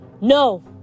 No